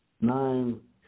nine